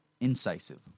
incisive